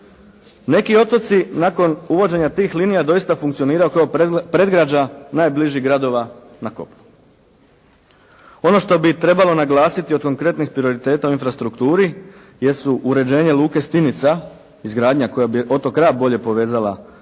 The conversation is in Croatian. Neki otoci nakon uvođenja tih linija doista funkcioniraju kao predgrađa najbližih gradova na kopnu. Ono što bi trebalo naglasiti od konkretnih prioriteta u infrastrukturi jesu uređenje luke Stinica, izgradnja koja bi otok Rab bolje povezala s